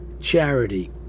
charity